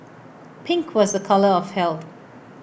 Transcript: pink was A colour of health